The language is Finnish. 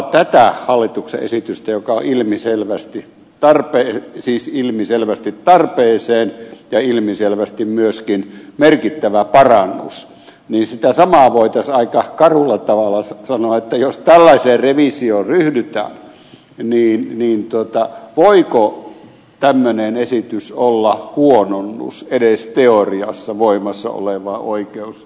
tämä hallituksen esitys on ilmiselvästi tarpeeseen ja ilmiselvästi myöskin merkittävä parannus ja siitä voitaisiin aika karulla tavalla sanoa että jos tällaiseen revisioon ryhdytään niin voiko tämmöinen esitys olla huononnus edes teoriassa voimassa olevaan oikeustilaan